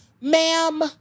Ma'am